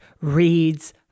reads